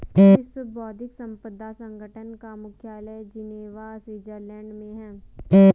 विश्व बौद्धिक संपदा संगठन का मुख्यालय जिनेवा स्विट्जरलैंड में है